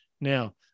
Now